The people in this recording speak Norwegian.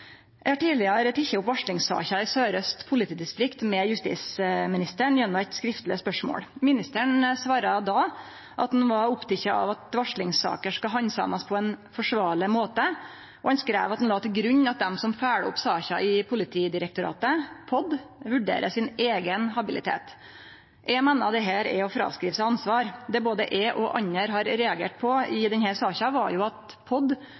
politidistrikt med justisministeren gjennom eit skriftleg spørsmål. Ministeren svara då at han var oppteken av at varslingssaker skal handsamast på ein forsvarleg måte, og han skreiv at han la til grunn at dei som følgjer opp saka i Politidirektoratet – POD – vurderer sin eigen habilitet. Eg meiner dette er å fråskrive seg ansvar. Det både eg og andre har reagert på i denne saka, var jo at POD